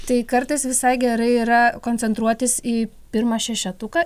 tai kartais visai gerai yra koncentruotis į pirmą šešetuką